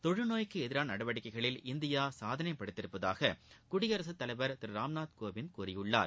தொழுநோய்க்கு எதிரான நடவடிக்கைகளில் இந்தியா சாதளை படைத்துள்ளதாக குடியரசுத் தலைவர் திரு ராம்நாத் கோவிந்த் கூறியுள்ளார்